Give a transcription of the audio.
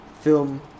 film